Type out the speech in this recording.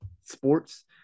sports